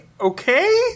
Okay